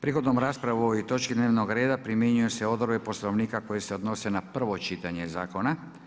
Prigodom rasprave o ovoj točki dnevnog reda primjenjuju se odredbe Poslovnika koje se odnose na prvo čitanje zakona.